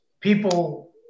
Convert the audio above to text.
people